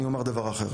אני אומר דבר אחר,